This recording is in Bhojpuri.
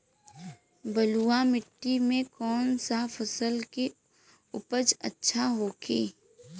बलुआ मिट्टी में कौन सा फसल के उपज अच्छा होखी?